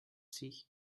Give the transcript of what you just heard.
sich